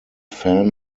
fan